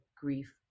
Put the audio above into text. grief